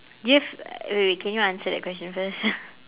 do you have uh wait wait can you answer the question first